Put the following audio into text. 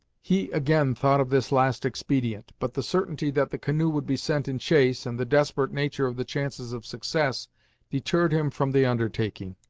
he, again, thought of this last expedient, but the certainty that the canoe would be sent in chase, and the desperate nature of the chances of success deterred him from the undertaking.